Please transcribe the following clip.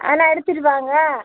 அதெல்லாம் எடுத்துகிட்டு வாங்க